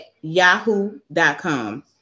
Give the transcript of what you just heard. yahoo.com